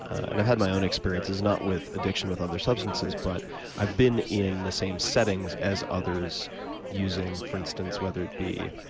and i've had my own experiences not with addiction, with other substances but i've been in the same settings as others using, for instance whether it be